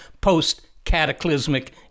post-cataclysmic